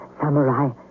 samurai